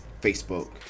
facebook